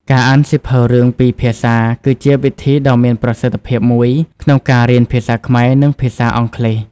ការអានសៀវភៅរឿងពីរភាសា គឺជាវិធីដ៏មានប្រសិទ្ធភាពមួយក្នុងការរៀនភាសាខ្មែរ និងភាសាអង់គ្លេស។